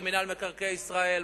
כמינהל מקרקעי ישראל,